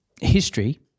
history